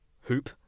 hoop